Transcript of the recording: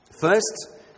First